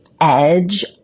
edge